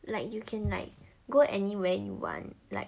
like you can like go anywhere you want like